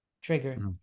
trigger